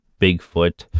Bigfoot